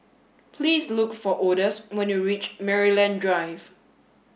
please look for Odus when you reach Maryland Drive